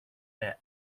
their